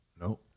No